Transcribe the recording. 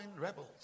rebels